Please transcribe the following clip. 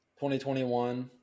2021